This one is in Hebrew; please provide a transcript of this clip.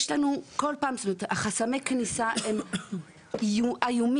כל פעם חסמי הכניסה הם איומים,